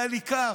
היה לי קר.